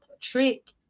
trick